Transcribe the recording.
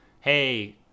hey